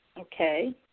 Okay